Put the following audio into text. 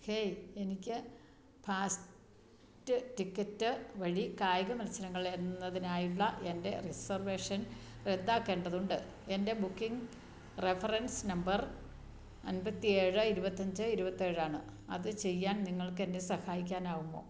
hey എനിക്ക് fast ticket വഴി കായിക മത്സരങ്ങൾ എന്നതിനായുള്ള എൻ്റെ റിസർവേഷൻ റദ്ദാക്കേണ്ടതുണ്ട് എൻ്റെ ബുക്കിംഗ് റഫറൻസ് നമ്പർ അൻപത്തിയേഴ് ഇരുപത്തിയഞ്ച് ഇരുപത്തിയേഴാണ് അത് ചെയ്യാൻ നിങ്ങൾക്കെന്നെ സഹായിക്കാനാകുമോ